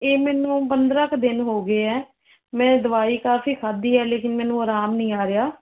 ਇਹ ਮੈਨੂੰ ਪੰਦਰਾਂ ਕੁ ਦਿਨ ਹੋ ਗਏ ਹੈ ਮੈਂ ਦਵਾਈ ਕਾਫੀ ਖਾਧੀ ਆ ਲੇਕਿਨ ਮੈਨੂੰ ਆਰਾਮ ਨਹੀਂ ਆ ਰਿਹਾ